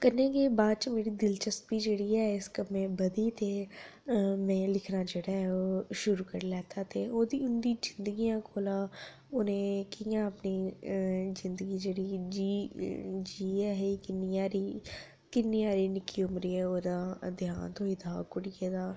कन्नै गै बाद च जेह्ड़ी दिलचस्पी जेह्ड़ी ऐ इस कम्मै बधी ते ओह् में लिखना जेह्ड़ा ऐ ओह् शुरू करी लैता ते ओह्दी इं'दी जिंदगियें कोला उ'नें कि'यां अपने जिंदगी जेह्ड़ी जीऽ जी ऐ ही किन्नी हारी निक्की उमरी च देहांत होई ऐ दा हा कुड़ियै दा